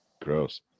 gross